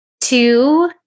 two